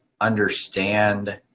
understand